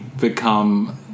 become